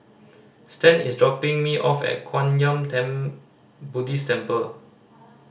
Stan is dropping me off at Kwan Yam Theng Buddhist Temple